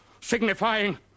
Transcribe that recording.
signifying